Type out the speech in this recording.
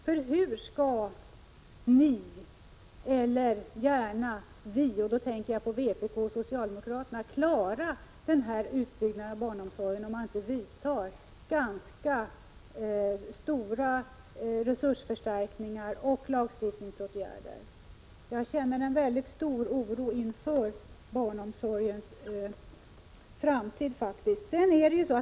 För hur skall ni eller vi — då tänker jag på vpk och socialdemokraterna — klara att bygga ut barnomsorgen, om det inte vidtas lagstiftningsåtgärder och sätts in stora resursförstärkningar? Jag känner en mycket stor oro inför barnomsorgens framtid.